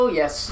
yes